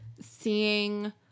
seeing